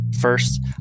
First